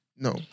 No